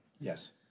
Yes